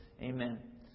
Amen